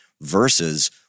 versus